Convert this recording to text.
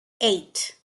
eight